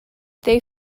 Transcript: they